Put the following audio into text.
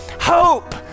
hope